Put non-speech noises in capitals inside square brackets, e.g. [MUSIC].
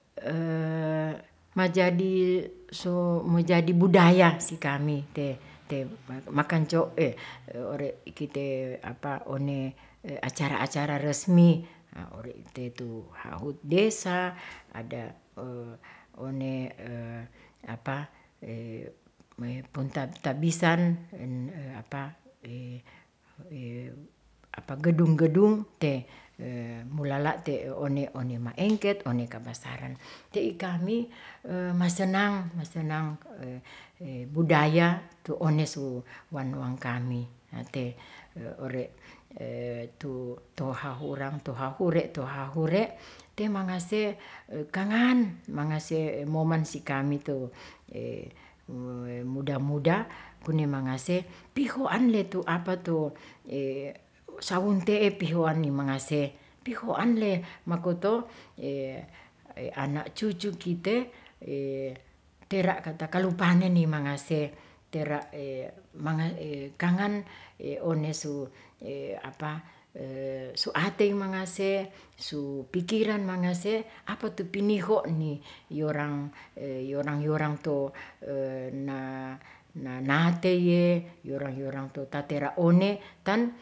[HESITATION] so majadi budaya sikami te, ore' ikite one acara- acara resmi. ore' ite tu hut desa, ada one [HESITATION] puntatabisan [HESITATION] gedung gedung te mulala te one one maengket, one kabasaran te ikami [HESITATION] masenang masenang budaya tu onesu wanuangkami te ore tu tohahorang tuhahure, tuhahure' te mangase kangan mangase momen sikami tu muda-muda kunemangase pihoan le tu apapatu [HESITATION] sauntehe pihoan mangase pihoan le makoto anak cucu kite tera' kata kalu panen ni mangase tera' kangan onesu [HESITATION] suatey mangase su pikiran mangase apatu piniho niyorang yorang to na nateye yorang yorang tu tatera one tan.